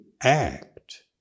act